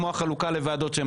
כמו החלוקה לוועדות.